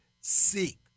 seek